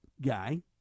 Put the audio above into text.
guy